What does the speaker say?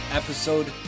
episode